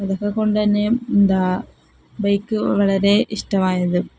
അതൊക്കെ കൊണ്ട് തന്നെ എന്താണ് ബൈക്ക് വളരെ ഇഷ്ടമായത്